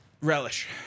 Relish